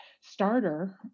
starter